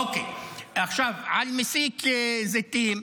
אוקיי, עכשיו על מסיק זיתים.